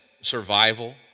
Survival